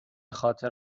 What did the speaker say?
خاطر